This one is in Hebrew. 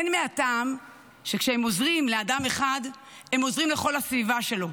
הן מהטעם שכשהם עוזרים לאדם אחד הם עוזרים לכל הסביבה שלו,